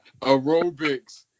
aerobics